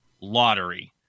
lottery